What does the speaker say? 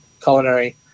culinary